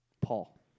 Paul